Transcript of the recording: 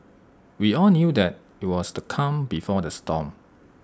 we all knew that IT was the calm before the storm